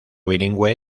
bilingüe